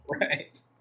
Right